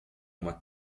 uma